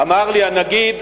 אמר לי הנגיד: